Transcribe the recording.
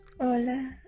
Hola